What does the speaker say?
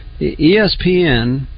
ESPN